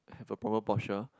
have a proper posture